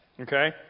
okay